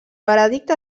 veredicte